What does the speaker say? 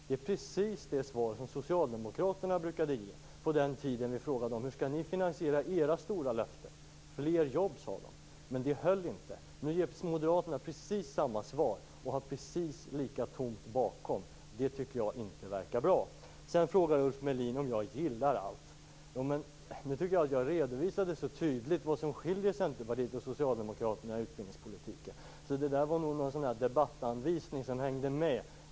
Det är precis det svar som socialdemokraterna brukade ge på den tiden då vi frågade dem hur de skulle finansiera sina stora löften. Genom fler jobb, sade de. Men det höll inte. Nu ger moderaterna precis samma svar och det är precis lika tomt bakom svaret. Det tycker jag inte verkar bra. Ulf Melin frågar också om jag gillar allt. Jag tycker att jag tydligt redovisade vad som skiljer Centerpartiet från Socialdemokraterna i utbildningspolitiken. Så det där var nog en sådan där debattanvisning som hängde med.